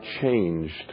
changed